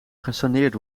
gesaneerd